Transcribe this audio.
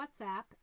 WhatsApp